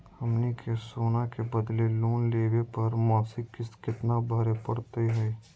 हमनी के सोना के बदले लोन लेवे पर मासिक किस्त केतना भरै परतही हे?